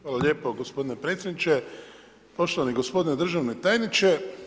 Hvala lijepo gospodine predsjedniče, poštovani gospodine državni tajniče.